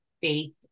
faith